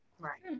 Right